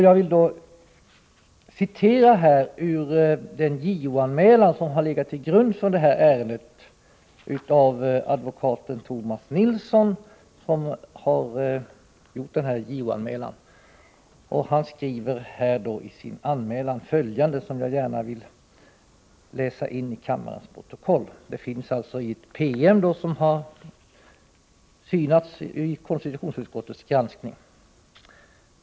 Jag vill här citera ur den JO-anmälan som har legat till grund för detta ärende och som ingår i en PM som har synats i samband med konstitutionsutskottets granskning.